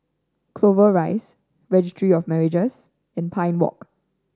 Clover Rise Registry of Marriages and Pine Walk